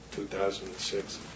2006